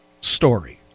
story